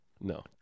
No